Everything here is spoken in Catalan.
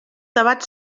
debat